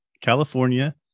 California